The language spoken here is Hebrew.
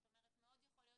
ויכול להיות